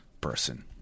person